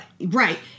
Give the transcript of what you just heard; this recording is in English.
Right